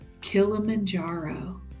Kilimanjaro